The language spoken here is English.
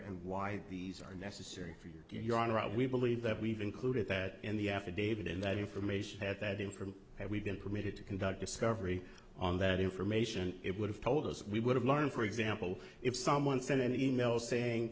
and why these are necessary for your own right we believe that we've included that in the affidavit and that information has that in from that we've been permitted to conduct discovery on that information it would have told us we would have learned for example if someone sent an e mail saying